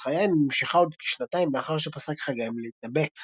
זכריה נמשכה עוד כשנתיים לאחר שפסק חגי מלהתנבא.